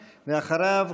ואחריו,